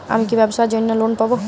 আমি কি ব্যবসার জন্য লোন পাব?